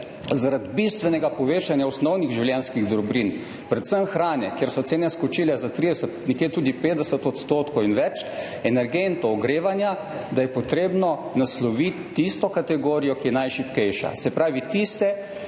zaradi bistvenega povečanja osnovnih življenjskih dobrin, predvsem hrane, kjer so cene skočile za 30, nekje tudi 50 % in več, energentov ogrevanja, da je potrebno nasloviti tisto kategorijo, ki je najšibkejša, se pravi tiste,